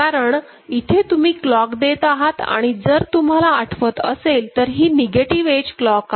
कारण इथे तुम्ही क्लॉक देत आहात आणि जर तुम्हाला आठवत असेल तर हि निगेटिव्ह एज क्लॉक आहे